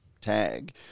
tag